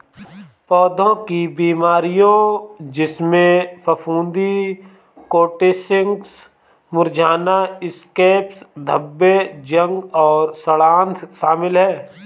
पौधों की बीमारियों जिसमें फफूंदी कोटिंग्स मुरझाना स्कैब्स धब्बे जंग और सड़ांध शामिल हैं